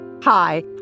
Hi